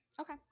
okay